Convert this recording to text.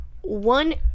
One